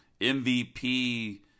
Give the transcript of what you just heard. MVP